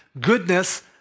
goodness